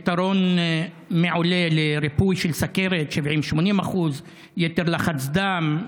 לפתרון מעולה לריפוי של סוכרת 70% 80% יתר לחץ דם,